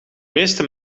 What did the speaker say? meeste